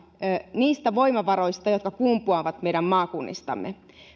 niillä voimavaroilla jotka kumpuavat meidän maakunnistamme